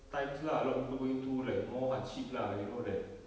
times lah a lot of people going through like more hardship lah you know that